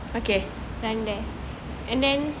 okay